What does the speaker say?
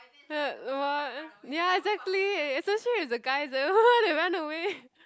what ya exactly especially if the guy run away